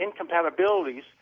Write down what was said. incompatibilities